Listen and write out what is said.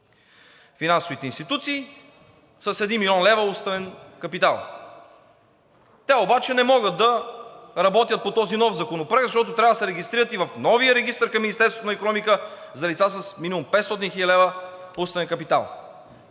финансовите институции с 1 млн. лв. уставен капитал. Те обаче не могат да работят по този нов законопроект, защото трябва да се регистрират и в новия регистър към Министерството на икономиката като лица с минимум 500 хил. лв. уставен капитал.